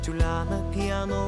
čiurlena pieno